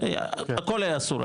הכול היה אסור,